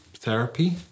therapy